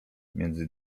między